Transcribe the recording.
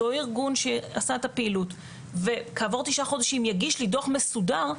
אותו ארגון שעשה את הפעילות וכעבור תשעה חודשים יגיש לי דוח מסודר,